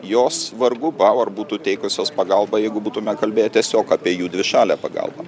jos vargu bau ar būtų teikusios pagalbą jeigu būtume kalbėję tiesiog apie jų dvišalę pagalbą